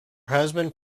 husband